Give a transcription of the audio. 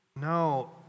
No